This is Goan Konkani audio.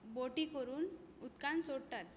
बॉटी करून उदकांत सोडटात